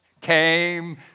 came